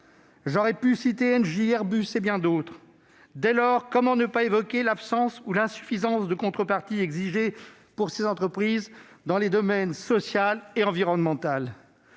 J'aurais pu également citer Engie, Airbus et bien d'autres. Comment ne pas évoquer l'absence ou l'insuffisance de contreparties exigées pour ces entreprises dans le domaine social ou environnemental ?